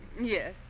Yes